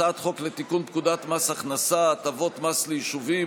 הצעת חוק לתיקון פקודת מס הכנסה (הטבות מס ליישובים),